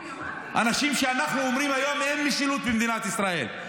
אנחנו אומרים היום: אין משילות במדינת ישראל,